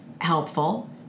helpful